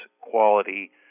Quality